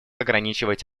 ограничивать